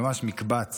ממש מקבץ